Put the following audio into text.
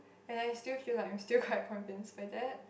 and I still feel like I'm still quite convinced by that